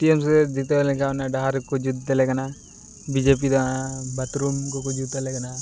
TMC ᱡᱤᱛᱟᱹᱣ ᱞᱮᱱᱠᱷᱟᱱ ᱚᱱᱮ ᱰᱟᱦᱟᱨ ᱠᱚ ᱡᱩᱛ ᱟᱞᱮ ᱠᱟᱱᱟ ᱵᱤᱡᱮᱯᱤ ᱫᱚ ᱵᱟᱛᱷᱨᱩᱢ ᱠᱚ ᱠᱚ ᱡᱩᱛ ᱟᱞᱮ ᱠᱟᱱᱟ